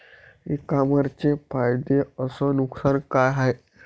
इ कामर्सचे फायदे अस नुकसान का हाये